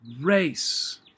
race